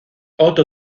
otro